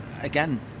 again